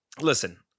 Listen